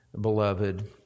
beloved